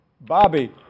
Bobby